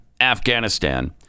Afghanistan